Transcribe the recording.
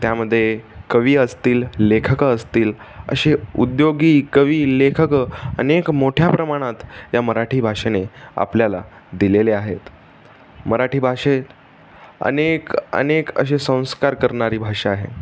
त्यामध्ये कवी असतील लेखकं असतील असे उद्योगी कवी लेखकं अनेक मोठ्या प्रमाणात या मराठी भाषेने आपल्याला दिलेले आहेत मराठी भाषेत अनेक अनेक असे संस्कार करणारी भाषा आहे